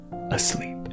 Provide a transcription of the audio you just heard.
asleep